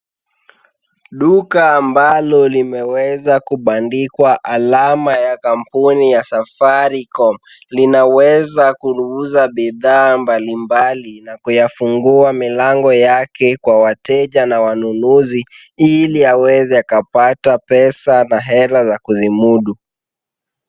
Duka ambalo limeweza kubandikwa alama ya kampuni ya Safaricom. Linaweza kuliuza bidhaa mbalimbali na kuyafungua milango yake kwa wateja na wanunuzi, ili aweze akapata pesa na hela za kuzimudu.